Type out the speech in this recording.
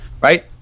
right